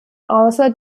außer